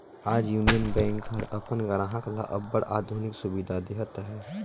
आज Union Bank हर अपन गराहक ल अब्बड़ आधुनिक सुबिधा देहत अहे